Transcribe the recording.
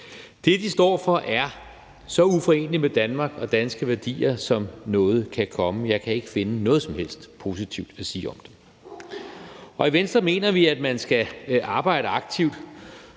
Det, de står for, er så uforeneligt med Danmark og danske værdier, som noget kan være, og jeg kan ikke finde noget som helst positivt at sige om dem. I Venstre mener vi, at man skal arbejde aktivt